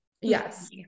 yes